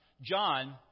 John